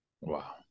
Wow